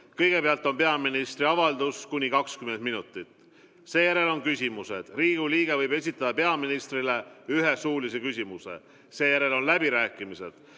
Kõigepealt on peaministri avaldus kuni 20 minutit. Seejärel on küsimused. Riigikogu liige võib esitada peaministrile ühe suulise küsimuse. Pärast avalduse